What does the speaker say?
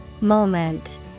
Moment